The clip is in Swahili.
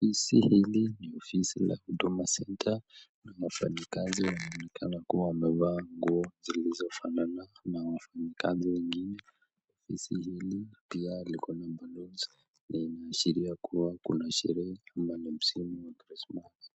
Ofisi hili ni ofisi la huduma center na wafanyikazi wanonekana kwa wamevaa nguo zilizofanana na wafanyikazi wengine. Ofisi hili pia likona baloons , inaashiria kuwa kuna sherehe ama ni msimu wa krismasi.